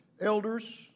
elders